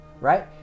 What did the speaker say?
Right